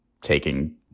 taking